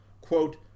Quote